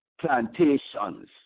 plantations